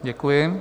Děkuji.